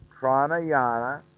pranayana